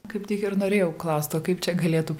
kaip tik ir norėjau klaust o kaip čia galėtų